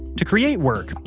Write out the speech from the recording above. to create work,